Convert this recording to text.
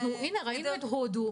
ראינו את הודו,